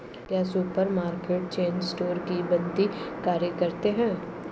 क्या supermarket chain store की भांति कार्य करते हैं?